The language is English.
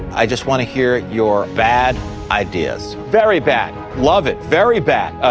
i just want to hear your bad ideas. very bad. love it. very bad.